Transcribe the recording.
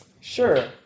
Sure